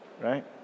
right